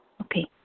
Okay